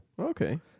Okay